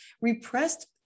Repressed